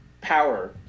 power